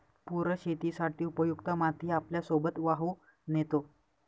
पूर शेतीसाठी उपयुक्त माती आपल्यासोबत वाहून नेतो